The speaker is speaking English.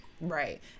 Right